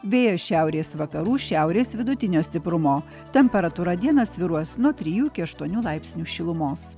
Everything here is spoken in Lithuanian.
vėjas šiaurės vakarų šiaurės vidutinio stiprumo temperatūra dieną svyruos nuo trijų iki aštuonių laipsnių šilumos